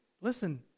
listen